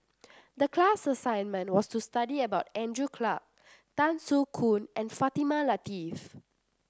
the class assignment was to study about Andrew Clarke Tan Soo Khoon and Fatimah Lateef